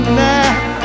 now